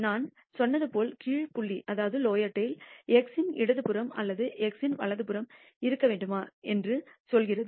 நான் சொன்னது போல் கீழ் புள்ளி டைல் x இன் இடதுபுறம் அல்லது x இன் வலதுபுறம் இருக்க வேண்டுமா என்று சொல்கிறது